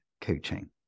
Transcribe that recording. coaching